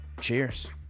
Cheers